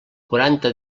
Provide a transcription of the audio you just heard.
quaranta